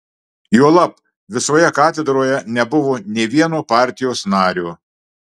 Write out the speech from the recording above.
juolab visoje katedroje nebuvo nė vieno partijos nario